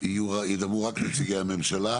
ידברו רק נציגי הממשלה